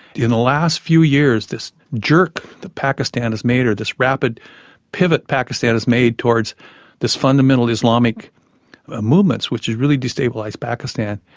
in the last few years this jerk that pakistan has made, or this rapid pivot pakistan has made towards this fundamental islamic ah movement, which has really destabilised pakistan,